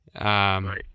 Right